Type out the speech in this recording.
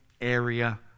area